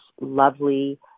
lovely